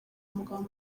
mugabo